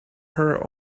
her